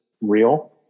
real